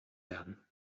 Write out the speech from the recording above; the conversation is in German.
werden